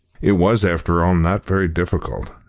it was, after all, not very difficult.